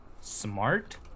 smart